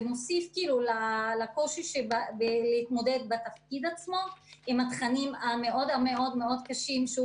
זה מוסיף לקושי להתמודד בתפקיד עצמו עם התכנים המאוד מאוד קשים שהוא